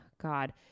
God